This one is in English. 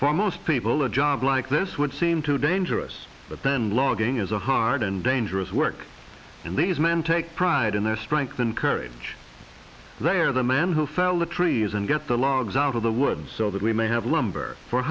for most people a job like this would seem too dangerous but then logging is a hard and dangerous work and these men take pride in their strength and courage they are the man who fell the trees and get the logs out of the wood so that we may have lumber for